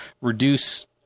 reduce